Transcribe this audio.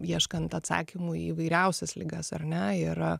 ieškant atsakymų į įvairiausias ligas ar ne ir